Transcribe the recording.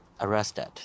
arrested